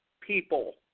people